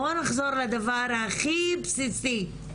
בואו נחזור לדבר הכי בסיסי,